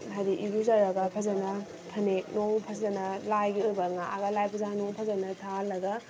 ꯍꯥꯏꯗꯤ ꯏꯔꯨꯖꯔꯒ ꯐꯖꯅ ꯐꯅꯦꯛꯅꯨꯡ ꯐꯖꯅ ꯂꯥꯏꯒꯤ ꯑꯣꯏꯕ ꯉꯥꯛꯑꯒ ꯂꯥꯏ ꯄꯨꯖꯥꯅꯨꯡ ꯐꯖꯅ ꯊꯥꯜꯂꯒ